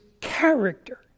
character